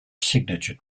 signature